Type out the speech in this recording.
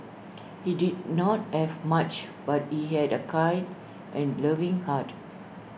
he did not have much but he had A kind and loving heart